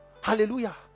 Hallelujah